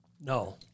No